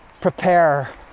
prepare